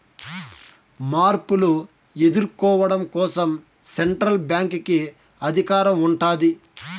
మార్పులు ఎదుర్కోవడం కోసం సెంట్రల్ బ్యాంక్ కి అధికారం ఉంటాది